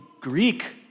Greek